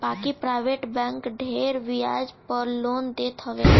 बाकी private bank ढेर बियाज पअ लोन देत हवे